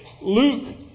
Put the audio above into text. Luke